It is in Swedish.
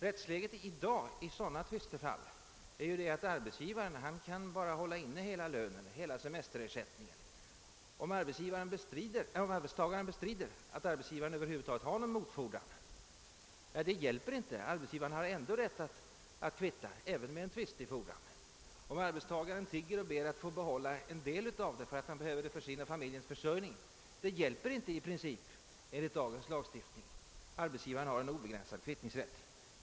I sådana tvistefall är rättsläget för närvarande att arbetsgivaren kan hålla inne hela lönen och hela semesterersättningen. Det hjälper inte om arbetstagaren bestrider att arbetsgivaren över huvud taget har någon motfordran. Arbetsgivaren har rätt att kvitta även med en tvistig fordran. Det hjälper inte ens om arbetstagaren tigger och ber att få behålla vad han behöver för sin och familjens försörjning, ty enligt dagens lagstiftning har arbetsgivaren i princip en obegränsad kvittningsrätt.